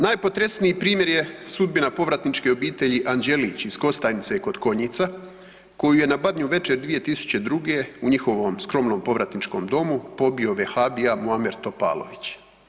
Najpotresniji primjer je sudbina povratničke obitelji Anđelić iz Kostajnice kod Konjica koju je na Badnju večer 2002. u njihovom skromnom povratničkom domu pobio vehabija Muamer Topalović.